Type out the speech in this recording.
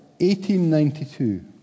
1892